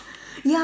ya